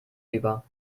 über